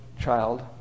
child